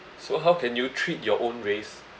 so how can you treat your own race